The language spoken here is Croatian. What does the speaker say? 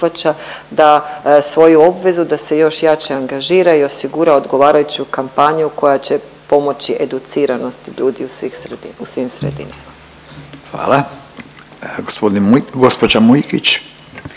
svoju obvezu da se još jače angažira i osigura odgovarajuću kampanju koja će pomoći educiranosti ljudi u svim sredinama. **Radin, Furio